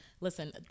Listen